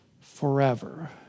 forever